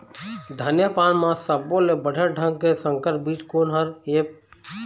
धनिया पान म सब्बो ले बढ़िया ढंग के संकर बीज कोन हर ऐप?